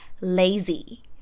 lazy